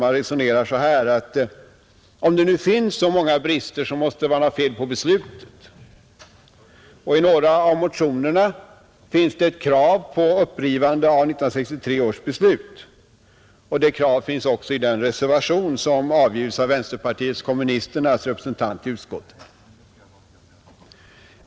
Man resonerar så här, att om det nu finns så många brister, måste det vara fel på beslutet. I några av motionerna finns ett krav på upprivandet av 1963 års beslut. Detta krav finns också i den reservation som avgivits av vänsterpartiet kommunisternas representant i utskottet.